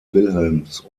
wilhelms